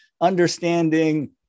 understanding